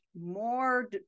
more